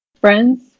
Friends